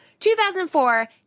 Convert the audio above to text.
2004